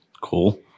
Cool